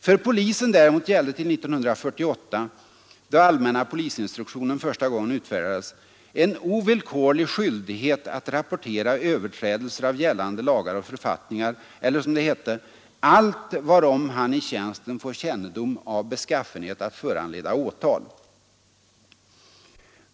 För polisen däremot gällde till 1948, då allmänna polisinstruktionen första gången utfärdades, en ovillkorlig skyldighet att rapportera överträdelser av gällande lagar och författningar eller — som det hette — ”allt varom han i tjänsten får kännedom av beskaffenhet att föranleda åtal”.